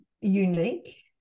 unique